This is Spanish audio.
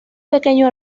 pequeño